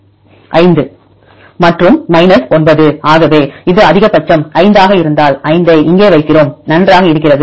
மற்றும் 9 ஆகவே இது அதிகபட்சம் 5 ஆக இருந்தால் 5 ஐ இங்கே வைக்கிறோம் நன்றாக இருக்கிறது